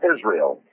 Israel